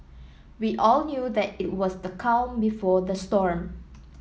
we all knew that it was the calm before the storm